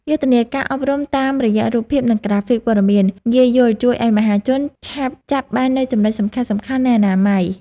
យុទ្ធនាការអប់រំតាមរយៈរូបភាព និងក្រាហ្វិកព័ត៌មានងាយយល់ជួយឱ្យមហាជនឆាប់ចាប់បាននូវចំណុចសំខាន់ៗនៃអនាម័យ។